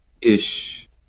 ish